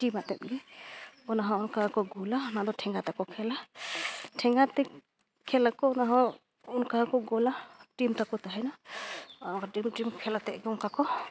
ᱟᱛᱮᱫ ᱜᱮ ᱚᱱᱟᱦᱚᱸ ᱚᱱᱠᱟ ᱜᱮᱠᱚ ᱜᱳᱞᱟ ᱚᱱᱟᱫᱚ ᱴᱷᱮᱸᱜᱟ ᱛᱮᱠᱚ ᱠᱷᱮᱹᱞᱟ ᱴᱷᱮᱸᱜᱟ ᱛᱮ ᱠᱷᱮᱹᱞ ᱟᱠᱚ ᱚᱱᱟ ᱦᱚᱸ ᱚᱱᱠᱟ ᱜᱮᱠᱚ ᱜᱳᱞᱟ ᱛᱟᱠᱚ ᱛᱟᱦᱮᱱᱟ ᱟᱨ ᱠᱷᱮᱹᱞ ᱟᱛᱮᱫ ᱠᱚ ᱚᱱᱠᱟ ᱠᱚ